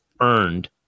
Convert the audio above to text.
earned